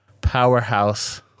powerhouse